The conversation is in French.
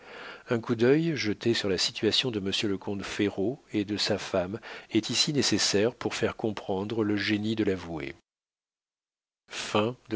un coup d'œil jeté sur la situation de monsieur le comte ferraud et de sa femme est ici nécessaire pour faire comprendre le génie de l'avoué